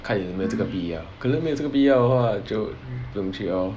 看有没有这个必要可能没有这个必要的话就不用去了 lor